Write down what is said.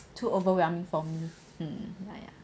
too overwhelming for me um ya